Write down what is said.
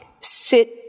sit